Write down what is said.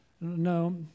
no